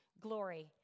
glory